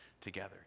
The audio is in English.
together